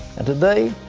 and today,